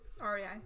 REI